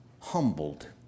humbled